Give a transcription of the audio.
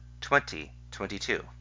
2022